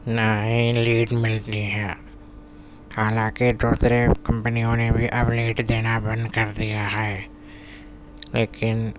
نہ ہی لیڈ ملتی ہے حالانکہ دوسرے کمپنیوں نے بھی اب لیڈ دینا بند کر دیا ہے لیکن